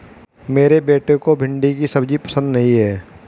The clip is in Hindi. मेरे बेटे को भिंडी की सब्जी पसंद नहीं है